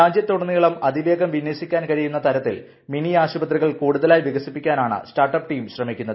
രാജ്യത്തുടനീളം അതിവേഗം വിന്യസിക്കാൻ കഴിയുന്ന തരത്തിൽ മിനി ആശുപത്രികൾ കൂടുതലായി വികസിപ്പിക്കാനാണ് സ്റ്റാർട്ടപ്പ് ടീം ശ്രമിക്കുന്നത്